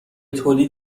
تولید